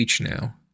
now